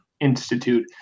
Institute